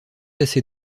assez